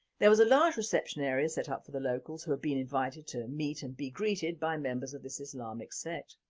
there was a large reception area set up for the locals who had been invited to emeet and be greetedi by members of this islamic sect.